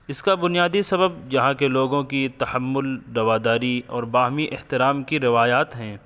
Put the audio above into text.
اس کا بنیادی سبب یہاں کے لوگوں کی تحمل رواداری اور باہمی احترام کی روایات ہیں